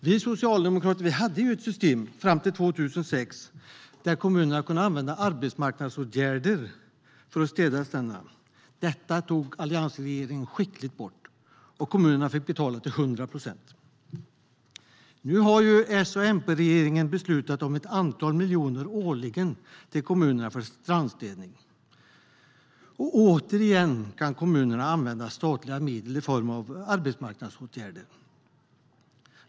Vi socialdemokrater hade ett system fram till 2006 där kommunerna kunde använda arbetsmarknadsåtgärder för att städa stränderna. Detta tog Alliansregeringen skickligt bort, och kommunerna fick betala till hundra procent. Nu har S och MP-regeringen beslutat om ett antal miljoner årligen till kommunerna för strandstädning, och återigen kan kommunerna använda statliga medel i form av arbetsmarknadsåtgärder.